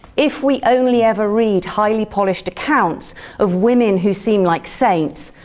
if we only ever read highly polished accounts of women who seem like saints,